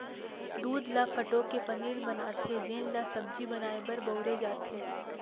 दूद ल फटो के पनीर बनाथे जेन ल सब्जी बनाए बर बउरे जाथे